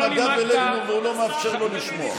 עם הגב אלינו ולא מאפשר לנו לשמוע.